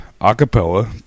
Acapella